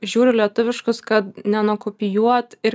žiūriu lietuviškus kad nenukopijuot ir